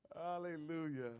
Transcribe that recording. Hallelujah